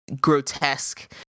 grotesque